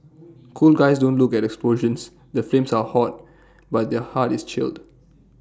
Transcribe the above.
cool guys don't look at explosions the flames are hot but their heart is chilled